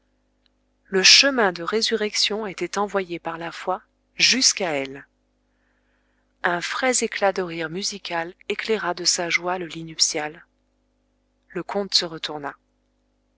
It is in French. le chemin de résurrection était envoyé par la foi jusqu'à elle un frais éclat de rire musical éclaira de sa joie le lit nuptial le comte se retourna